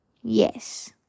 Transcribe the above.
Yes